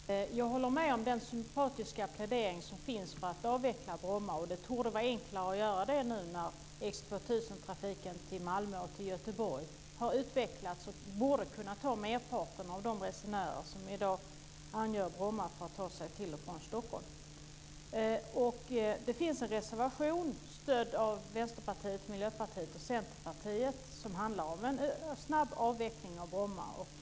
Fru talman! Jag håller med om den sympatiska pläderingen för en avveckling av Bromma, som torde vara enklare nu när X 2000-trafiken till Malmö och Göteborg har utvecklats och borde kunna ta merparten av de resenärer som i dag angör Bromma för att ta sig till och från Stockholm. Det finns en reservation som stöds av Vänsterpartiet, Miljöpartiet och Centerpartiet och som handlar om en snabbavveckling av Bromma.